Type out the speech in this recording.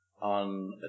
on